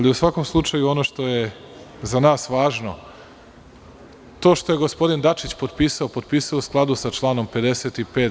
U svakom slučaju, ono što je za nas važno, to što je gospodin Dačić potpisao, potpisao je u skladu sa članom 55.